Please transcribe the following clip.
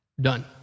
done